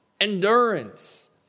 endurance